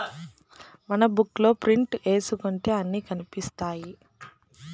మనం బుక్ లో ప్రింట్ ఏసుకుంటే అన్ని కనిపిత్తాయి